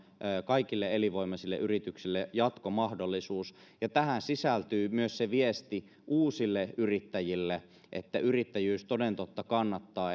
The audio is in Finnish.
kaikille elinvoimaisille yrityksille jatkomahdollisuuden tähän sisältyy myös se viesti uusille yrittäjille että yrittäjyys toden totta kannattaa